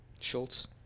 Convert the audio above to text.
Schultz